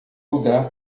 lugar